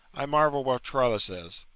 i marvel where troilus is.